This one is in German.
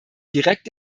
direkt